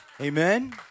Amen